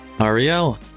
Ariel